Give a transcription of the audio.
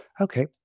Okay